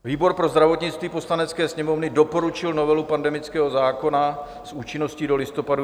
Výbor pro zdravotnictví Poslanecké sněmovny doporučil novelu pandemického zákona s účinností do listopadu 2022.